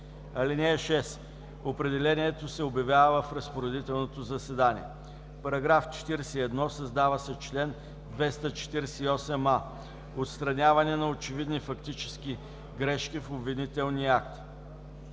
акт. (6) Определението се обявява в разпоредителното заседание.” § 41. Създава се чл. 248а: „Отстраняване на очевидни фактически грешки в обвинителния акт